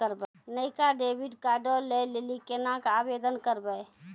नयका डेबिट कार्डो लै लेली केना के आवेदन करबै?